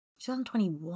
2021